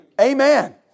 Amen